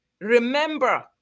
Remember